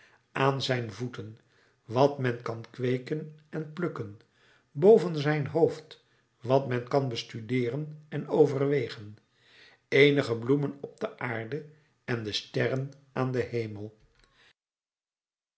aan zijn voeten wat men kan kweeken en plukken boven zijn hoofd wat men kan bestudeeren en overwegen eenige bloemen op de aarde en de sterren aan den hemel